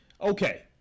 Okay